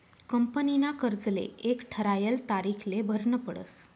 कंपनीना कर्जले एक ठरायल तारीखले भरनं पडस